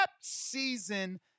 season